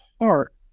heart